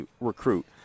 recruit